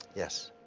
yes.